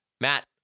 Matt